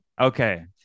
Okay